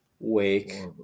Wake